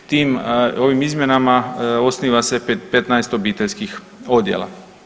Ovim izmjenama osniva se 15 obiteljskih odjela.